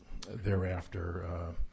Thereafter